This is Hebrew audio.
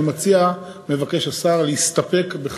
אני מציע, מבקש השר, להסתפק בכך.